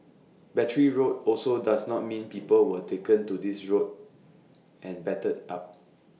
Battery Road also does not mean people were taken to this road and battered up